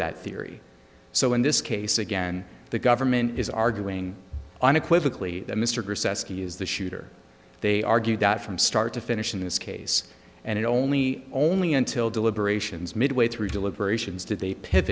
that theory so in this case again the government is arguing unequivocally that mr sethi is the shooter they argued that from start to finish in this case and it only only until deliberations midway through deliberations did they